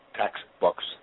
textbooks